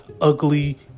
ugly